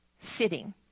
sitting